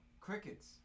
crickets